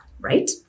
right